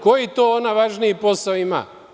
Koji to ona važniji posao ima?